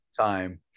time